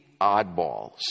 oddballs